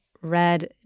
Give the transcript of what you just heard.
red